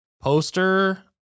poster